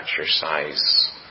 exercise